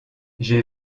j’ai